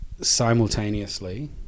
Simultaneously